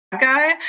guy